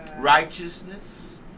Righteousness